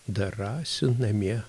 dar rasiu namie